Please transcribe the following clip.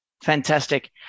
Fantastic